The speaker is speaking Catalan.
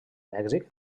mèxic